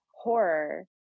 horror